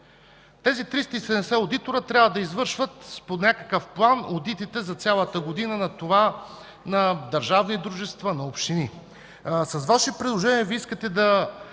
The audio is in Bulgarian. Тези 370 одитора трябва да извършват по някакъв план одитите за цялата година на държавни дружества, на общини. С Ваше предложение искате да